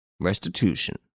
Restitution